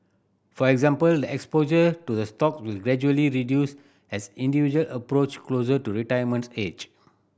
for example the exposure to the stock will gradually reduce as individual approach closer to retirement age